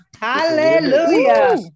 Hallelujah